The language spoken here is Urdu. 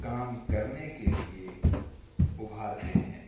کام کرنے کے لیے ابھارتے ہیں